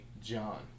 John